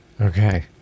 Okay